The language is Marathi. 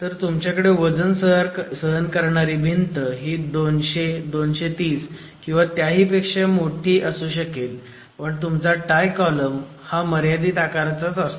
तर तुमच्याकडे वजन सहन करणारी भिंत ही 200 230 किंवा त्याहीपेक्षा मोठी असू शकेल पण तुमचा टाय कॉलम हा मर्यादित आकाराचाच असतो